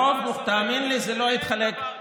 רוב, אין דבר כזה.